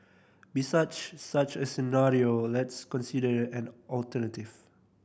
besides such a scenario let's consider an alternative